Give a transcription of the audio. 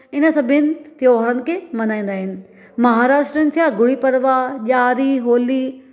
इन सभनि त्योहारनि खे मल्हाईंदा आहिनि महाराष्टीन थिया गुड़ी पड़वा ॾिआरी होली